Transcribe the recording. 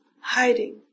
hiding